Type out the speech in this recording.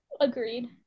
Agreed